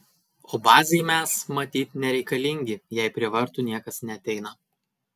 o bazei mes matyt nereikalingi jei prie vartų niekas neateina